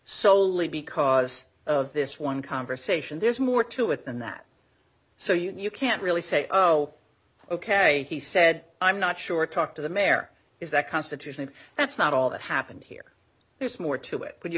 soley because of this one conversation there's more to it than that so you can't really say oh ok he said i'm not sure talk to the mayor is that constitution and that's not all that happened here there's more to it but you